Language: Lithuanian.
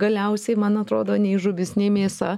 galiausiai man atrodo nei žuvis nei mėsa